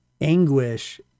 anguish